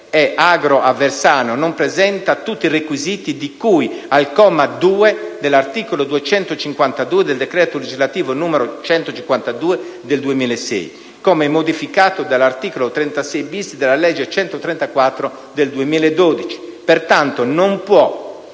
agro aversano non presenta tutti i requisiti di cui al comma 2 dell'articolo 252 del decreto legislativo n. 152 del 2006, come modificato dall'articolo 36-*bis* della legge n. 134 del 2012, pertanto non può